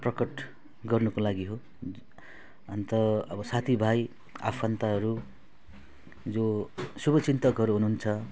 प्रकट गर्नुको लागि हो अन्त अब साथी भाइ आफन्तहरू जो शुभचिन्तकहरू हुनु हुन्छ